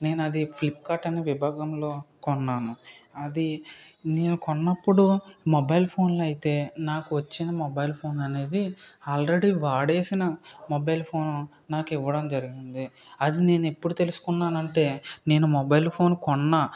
నేను అది ఫ్లిప్కార్ట్ అనే విభాగంలో కొన్నాను అది నేను కొన్నప్పుడు మొబైల్ ఫోన్లో అయితే నాకు వచ్చిన మొబైల్ ఫోన్ అనేది ఆల్రెడీ వాడేసిన మొబైల్ ఫోన్ నాకు ఇవ్వడం జరిగింది అది నేను ఇప్పుడు తెలుసుకున్నాను అంటే నేను మొబైల్ ఫోన్ కొన్నా